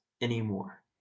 anymore